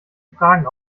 fragen